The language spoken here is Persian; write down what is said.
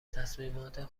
تصمیمات